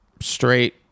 straight